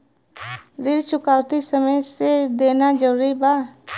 ऋण चुकौती समय से देना जरूरी बा?